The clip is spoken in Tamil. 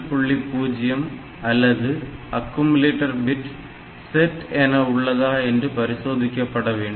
0 LSB அல்லது இந்த அக்குமுலேட்டர் பிட் செட் என உள்ளதா என்று பரிசோதிக்கப்பட வேண்டும்